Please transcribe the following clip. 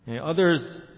Others